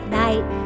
night